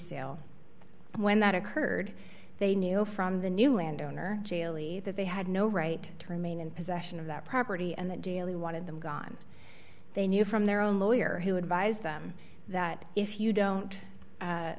and when that occurred they knew from the new land owner jail ie that they had no right to remain in possession of that property and that daily wanted them gone they knew from their own lawyer who advised them that if you don't